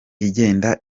igenda